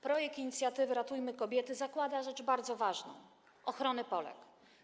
Projekt inicjatywy „Ratujmy kobiety” zakłada rzecz bardzo ważną: ochronę Polek.